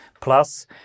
Plus